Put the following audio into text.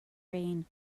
rain